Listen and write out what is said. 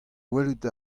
welet